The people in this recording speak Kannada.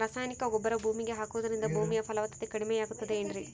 ರಾಸಾಯನಿಕ ಗೊಬ್ಬರ ಭೂಮಿಗೆ ಹಾಕುವುದರಿಂದ ಭೂಮಿಯ ಫಲವತ್ತತೆ ಕಡಿಮೆಯಾಗುತ್ತದೆ ಏನ್ರಿ?